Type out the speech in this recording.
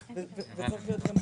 מי נגד?